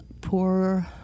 poorer